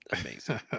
amazing